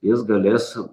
jis galės